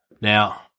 Now